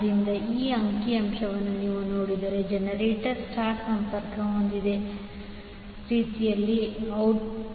ಆದ್ದರಿಂದ ಈ ಅಂಕಿಅಂಶವನ್ನು ನೀವು ನೋಡಿದರೆ ಜನರೇಟರ್ star ಸಂಪರ್ಕ ಹೊಂದಿದ ರೀತಿಯಲ್ಲಿ ಔಡ್